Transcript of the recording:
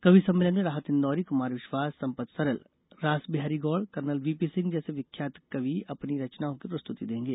कवि सम्मेलन में राहत इंदौरी कुमार विश्वास संपत सरल रास बिहारी गौड़ कर्नल वीपी सिंह जैसे विख्यात कवि अपनी रेचनाओं की प्रस्तुति देंगे